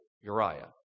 Uriah